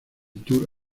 tour